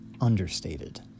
understated